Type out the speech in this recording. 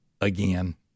Again